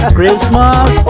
Christmas